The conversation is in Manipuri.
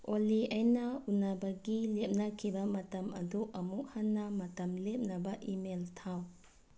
ꯑꯣꯂꯤ ꯑꯩꯅ ꯎꯅꯕꯒꯤ ꯂꯦꯞꯅꯈꯤꯕ ꯃꯇꯝ ꯑꯗꯨ ꯑꯃꯨꯛ ꯍꯟꯅ ꯃꯇꯝ ꯂꯦꯞꯅꯕ ꯏꯃꯦꯜ ꯊꯥꯎ